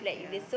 yeah